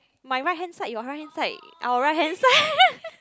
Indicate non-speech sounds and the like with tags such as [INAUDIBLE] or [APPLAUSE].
my right hand side your right hand side our right hand side [NOISE]